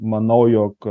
manau jog